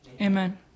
Amen